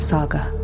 Saga